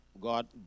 God